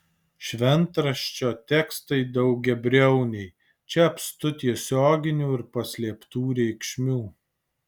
šventraščio tekstai daugiabriauniai čia apstu tiesioginių ir paslėptų reikšmių